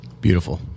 Beautiful